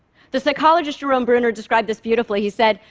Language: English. the psychologist jerome bruner described this beautifully he said,